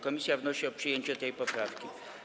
Komisja wnosi o przyjęcie tej poprawki.